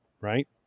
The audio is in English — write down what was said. right